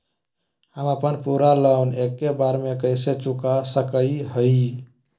हम अपन पूरा लोन एके बार में कैसे चुका सकई हियई?